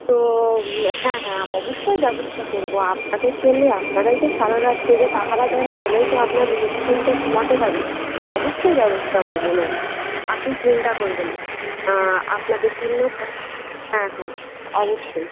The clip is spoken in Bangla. তো হ্যাঁ হ্যাঁ অবশ্যই ব্যবস্থা করবো আপনাদের জন্যই আপনারাই তো সারা রাত জেগে পাহারা দেন বলেই তো আপনার নিশ্চিন্তে ঘুমাতে পারি অবশ্যই ব্যবস্তা করবো ম্যাম আপনি চিন্তা করবেন না আপনাদের জন্য ক হ্যাঁ হ্যাঁ অবশ্যই